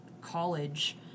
college